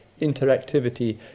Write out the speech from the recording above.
interactivity